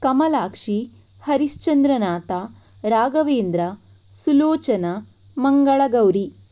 Kamalakshi Harishchandranath Raghavendra Sulochana Mangalagauri